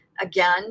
Again